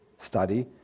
study